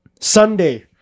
Sunday